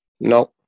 no